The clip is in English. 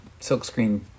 silkscreen